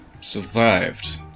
Survived